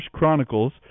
Chronicles